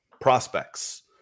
prospects